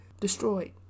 destroyed